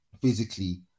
physically